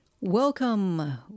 Welcome